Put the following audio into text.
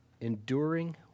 enduring